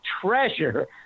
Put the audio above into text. treasure